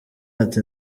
ati